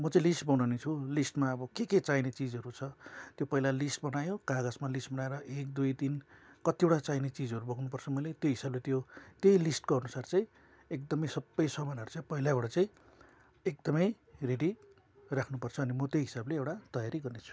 म चाहिँ लिस्ट बनाउने छु लिस्टमा अब के के चाहिने चिजहरू छ त्यो पहिला लिस्ट बनायो कागजमा लिस्ट बनाएर एक दुई तिन कतिवटा चाहिने चिजहरू बोक्नु पर्छ मैले त्यो हिसाबले त्यो त्यही लिस्टको अनुसार चाहिँ एकदम सबै सामानहरू चाहिँ पहिलेबाट चाहिँ एकदम रेडी राख्नु पर्छ भने म त्यही हिसाबले एउटा तयारी गर्ने छु